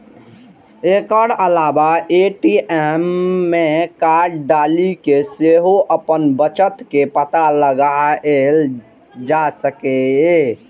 एकर अलावे ए.टी.एम मे कार्ड डालि कें सेहो अपन बचत के पता लगाएल जा सकैए